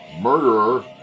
murderer